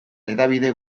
hedabide